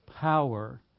power